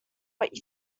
what